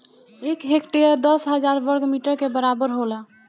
एक हेक्टेयर दस हजार वर्ग मीटर के बराबर होला